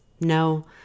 No